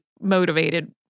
motivated